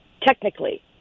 technically